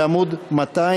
מי בעד?